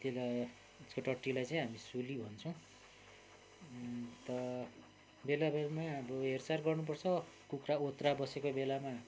त्यसलाई त्यसको टट्टीलाई चाहिँ हामी सुली भन्छौँ अन्त बेला बेलामा अब हेरचार गर्नुपर्छ कुखुरा ओथ्रा बसेको बेलामा